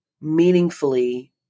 meaningfully